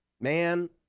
man